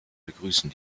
begrüßen